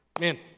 Man